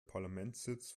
parlamentssitz